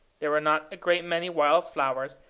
there were not a great many wild flowers,